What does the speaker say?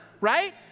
Right